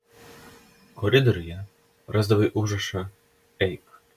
koridoriuje rasdavai užrašą eik